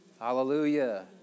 Hallelujah